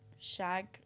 Shag